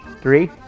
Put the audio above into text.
three